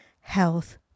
health